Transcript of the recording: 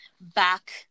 back